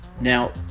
Now